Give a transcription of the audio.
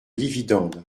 dividendes